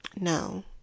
no